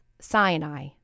Sinai